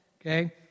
okay